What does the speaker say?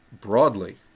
broadly